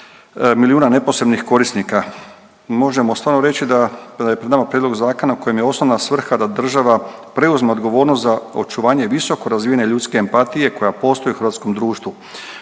milijuna neposrednih korisnika. Možemo stvarno reći da, da je pred nama prijedlog zakona kojem je osnovna svrha da država preuzme odgovornost za očuvanje visoko razvijene ljudske empatije koja postoji u hrvatskom društvu.